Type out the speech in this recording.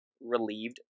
relieved